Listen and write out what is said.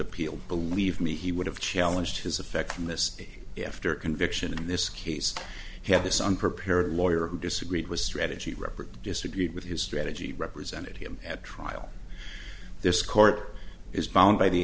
appeal believe me he would have challenged his effect from this after conviction in this case had this unprepared lawyer who disagreed with strategy represent disagreed with his strategy represented him at trial this court is bound by the